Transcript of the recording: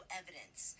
evidence